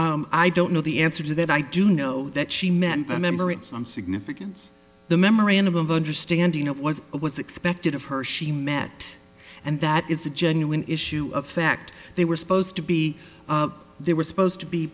one i don't know the answer to that i do know that she meant by member at some significance the memorandum of understanding it was what was expected of her she met and that is a genuine issue of fact they were supposed to be there was supposed to be